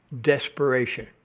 desperation